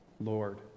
Lord